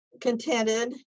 contented